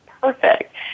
perfect